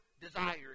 desire